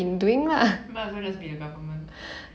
might as well just be the government